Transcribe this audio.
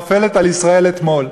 נופלת על ישראל אתמול.